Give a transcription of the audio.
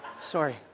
Sorry